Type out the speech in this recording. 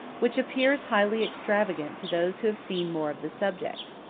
which appears highly extravagant to those who have seen more of the subject.